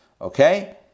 Okay